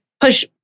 push